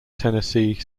tennessee